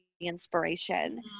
inspiration